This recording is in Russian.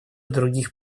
других